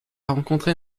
rencontrer